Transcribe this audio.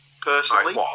personally